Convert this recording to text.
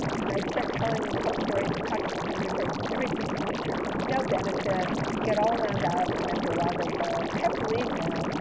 and i'd start telling the whole story of the toxic flame retardants in everybody's furniture, no benefit. they'd get all wound up, and after a while, they'd go, i have to leave now.